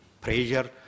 pressure